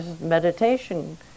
meditation